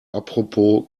apropos